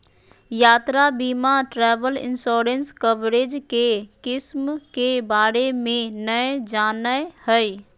यात्रा बीमा travel insurance coverage के किस्म के बारे में नय जानय हइ